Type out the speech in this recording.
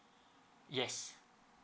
yes